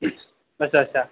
अच्छा अच्छा